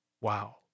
Wow